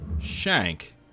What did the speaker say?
shank